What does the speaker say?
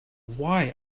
why